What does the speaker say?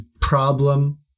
problem